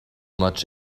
much